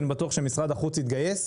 אני בטוח שמשרד החוץ התגייס.